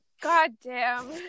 goddamn